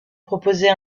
proposait